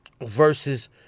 versus